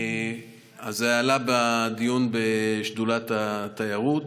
זה עלה בדיון בשדולת התיירות,